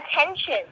attention